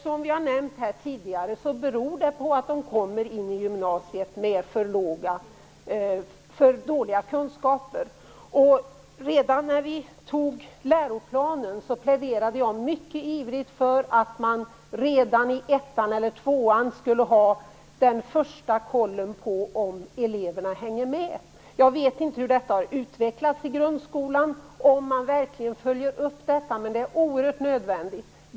Som tidigare nämnts här beror det på att de kommer in i gymnasiet med för dåliga kunskaper. Redan när vi antog läroplanen pläderade jag mycket ivrigt för att man redan i ettan eller tvåan skulle ha den första kollen på om eleverna hänger med. Jag vet inte om man verkligen följer upp detta i grundskolan, men det är oerhört nödvändigt.